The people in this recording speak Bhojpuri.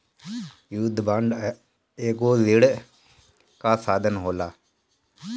युद्ध बांड एगो ऋण कअ साधन होला